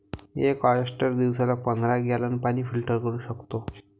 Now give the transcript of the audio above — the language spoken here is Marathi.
एक ऑयस्टर दिवसाला पंधरा गॅलन पाणी फिल्टर करू शकतो